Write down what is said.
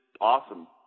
awesome